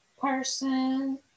person